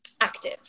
active